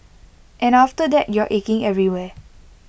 and after that you're aching everywhere